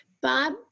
Bob